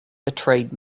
betrayed